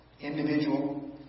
individual